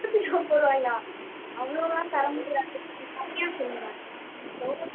முந்நூற்றி நாற்பது ரூபாயா அவ்வளோலாம் தர முடியாது கொஞ்சம் கம்மியாக சொல்லுங்கள்